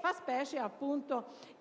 Fa specie